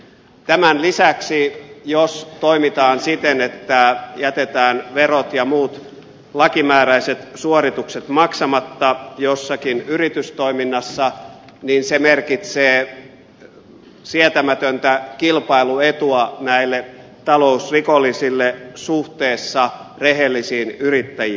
tämän lisäksi jos toimitaan siten että jätetään verot ja muut lakimääräiset suoritukset maksamatta jossakin yritystoiminnassa se merkitsee sietämätöntä kilpailuetua näille talousrikollisille suhteessa rehellisiin yrittäjiin